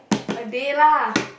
a day lah